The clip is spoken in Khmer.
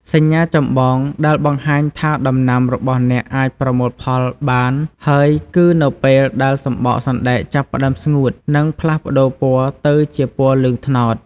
សញ្ញាចម្បងដែលបង្ហាញថាដំណាំរបស់អ្នកអាចប្រមូលផលបានហើយគឺ នៅពេលដែលសំបកសណ្ដែកចាប់ផ្ដើមស្ងួត និងផ្លាស់ប្ដូរពណ៌ទៅជាពណ៌លឿងត្នោត។